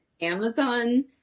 Amazon